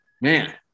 Man